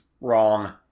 wrong